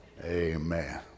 Amen